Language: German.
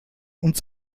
uns